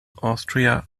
austria